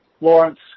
Lawrence